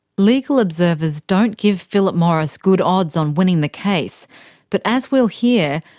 legal observers don't give philip morris good odds on winning the case but, as we'll hear,